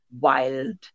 wild